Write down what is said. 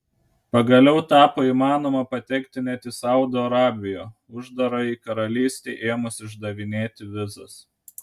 pagaliau tapo įmanoma patekti net į saudo arabiją uždarajai karalystei ėmus išdavinėti vizas